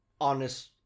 honest